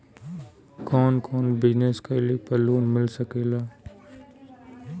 कवने कवने बिजनेस कइले पर लोन मिल सकेला?